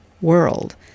world